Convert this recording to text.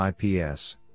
IPS